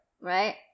Right